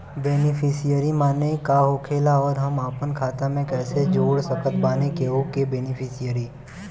Beneficiary माने का होखेला और हम आपन खाता मे कैसे जोड़ सकत बानी केहु के बेनीफिसियरी?